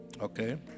Okay